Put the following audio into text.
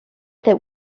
that